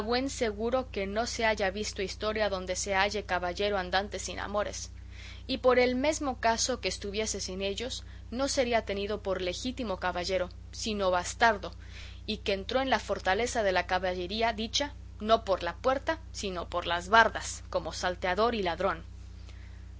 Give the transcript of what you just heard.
seguro que no se haya visto historia donde se halle caballero andante sin amores y por el mesmo caso que estuviese sin ellos no sería tenido por legítimo caballero sino por bastardo y que entró en la fortaleza de la caballería dicha no por la puerta sino por las bardas como salteador y ladrón